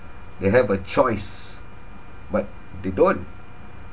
they have a choice but they don't